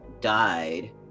died